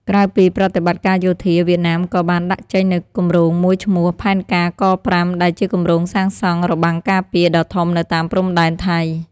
ក្រៅពីប្រតិបត្តិការយោធា វៀតណាមក៏បានដាក់ចេញនូវគម្រោងមួយឈ្មោះ "ផែនការ ក5" ដែលជាគម្រោងសាងសង់របាំងការពារដ៏ធំនៅតាមព្រំដែនថៃ។